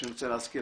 אני רוצה להזכיר,